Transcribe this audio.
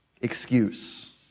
excuse